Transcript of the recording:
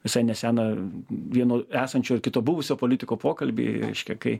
visai neseną vieno esančio ir kito buvusio politiko pokalbį reiškia kai